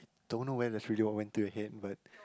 don't know where the what went to your head but